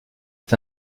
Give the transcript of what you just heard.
est